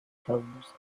tones